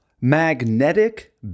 Magnetic